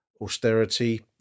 austerity